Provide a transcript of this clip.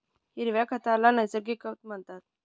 हिरव्या खताला नैसर्गिक खत म्हणतात